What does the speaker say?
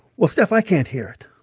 well, steph, i can't hear it.